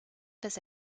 face